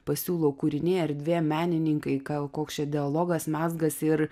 pasiūlo kūriniai erdvė menininkai kal koks čia dialogas mezgasi ir